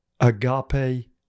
agape